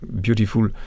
beautiful